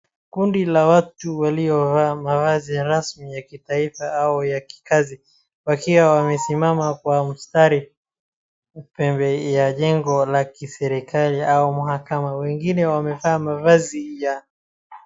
Kundi la watu waliovaa mavazi rasmi ya kitaifa au ya kikazi wakiwa wamesimama kwa mstari pembe ya jengo la kiserikali au mahakama. Wengine wamevaa mavazi ya.